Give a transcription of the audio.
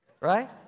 Right